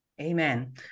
Amen